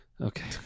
Okay